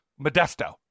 Modesto